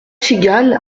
cigale